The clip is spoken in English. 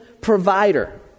provider